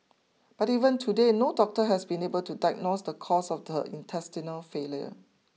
but even today no doctor has been able to diagnose the cause of her intestinal failure